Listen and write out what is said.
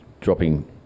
dropping